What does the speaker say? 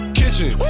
kitchen